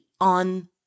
on